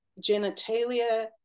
genitalia